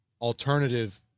alternative